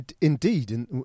Indeed